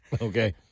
Okay